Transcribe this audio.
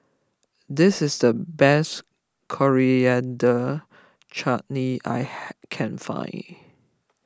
this is the best Coriander Chutney I can find